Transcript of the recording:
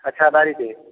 अच्छा बारेडीह